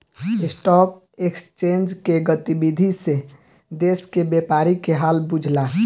stock exchange के गतिविधि से देश के व्यापारी के हाल बुझला